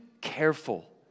careful